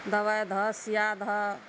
दबाइ दहऽ सिआ दहऽ